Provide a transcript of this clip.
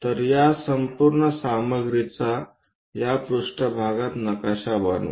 तर या संपूर्ण सामग्रीचा या पृष्ठभागात नकाशा बनवा